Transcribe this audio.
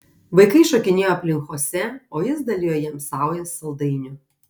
vaikai šokinėjo aplink chosė o jis dalijo jiems saujas saldainių